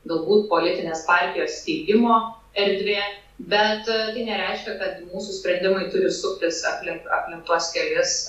galbūt politinės partijos steigimo erdvė bet nereiškia kad mūsų sprendimai turi suktis aplink aplink tuos kelis